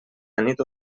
nit